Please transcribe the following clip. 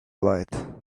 light